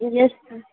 yes sir